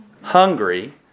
hungry